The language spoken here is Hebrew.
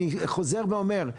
אני חוזר ואומר: